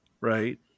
Right